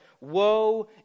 Woe